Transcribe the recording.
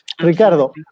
Ricardo